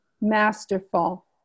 masterful